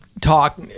talk